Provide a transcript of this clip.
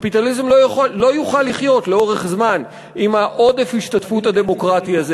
קפיטליזם לא יוכל לחיות לאורך זמן עם עודף ההשתתפות הדמוקרטי הזה